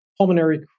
Pulmonary